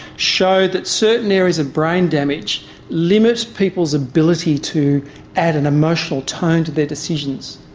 showed that certain areas of brain damage limit people's ability to add an emotional tone to their decisions.